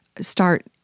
start